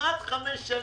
כמעט חמש שנים.